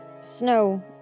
snow